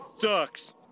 sucks